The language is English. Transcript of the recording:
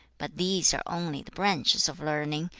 but these are only the branches of learning,